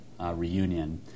reunion